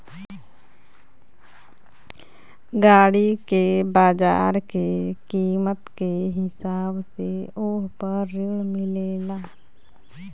गाड़ी के बाजार के कीमत के हिसाब से वोह पर ऋण मिलेला